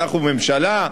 אנחנו ממשלה,